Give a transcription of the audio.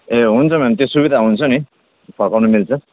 ए हुन्छ म्याम त्यो सुविधा हुन्छ नि फर्काउन मिल्छ